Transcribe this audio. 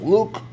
Look